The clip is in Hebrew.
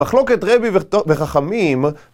מחלוקת רבי וחכמים